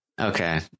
okay